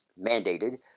mandated